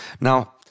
Now